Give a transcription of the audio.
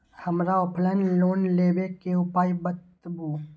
हमरा offline loan लेबे के उपाय बतबु?